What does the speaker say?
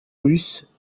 russes